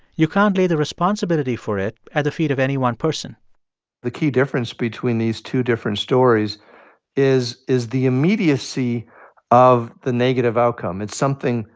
you can't lay the responsibility for it at the feet of any one person the key difference between these two different stories is is the immediacy of the negative outcome. it's something